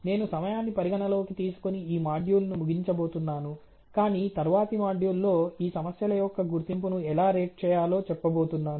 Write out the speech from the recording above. నేను సమయాన్ని పరిగణలోకి తీసుకొని ఈ మాడ్యూల్ను ముగించబోతున్నాను కాని తరువాతి మాడ్యూల్లో ఈ సమస్యల యొక్క గుర్తింపును ఎలా రేట్ చేయాలో చెప్పబోతున్నాను